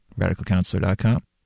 radicalcounselor.com